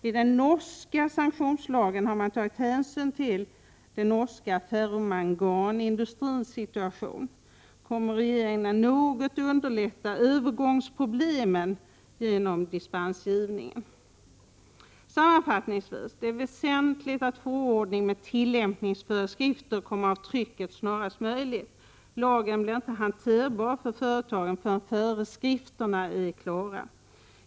I den norska sanktionslagen har man tagit hänsyn till den norska ferromangan-industrins situation. Kommer regeringen att något underlätta övergångsproblemen genom att ge dispens i sådana fall? Sammanfattningsvis: Det är väsentligt att förordningen med tillämpningsföreskrifter kommer från trycket snarast möjligt. Lagen blir inte hanterbar för företagen förrän föreskrifterna är klara.